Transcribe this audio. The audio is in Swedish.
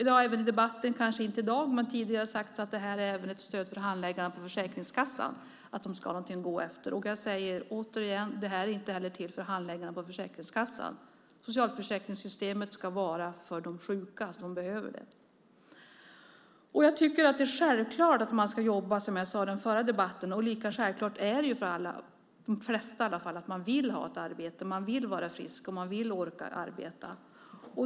Det har även i debatten, kanske inte i dag men tidigare, sagts att det här är ett stöd för handläggarna på Försäkringskassan. De ska ha något att gå efter. Jag säger återigen: Det här är inte till för handläggarna på Försäkringskassan. Socialförsäkringssystemet ska vara till för de sjuka som behöver det. Jag tycker att det är självklart att man ska jobba, som jag sade i den förra debatten. Och lika självklart är det för alla, eller de flesta i alla fall, att man vill ha ett arbete, att man vill vara frisk och att man vill orka arbeta.